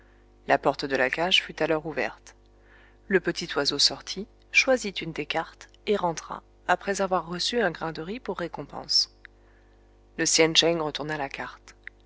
la porte de la cage fut alors ouverte le petit oiseau sortit choisit une des cartes et rentra après avoir reçu un grain de riz pour récompense le sien cheng retourna la carte